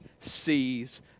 sees